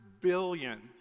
billion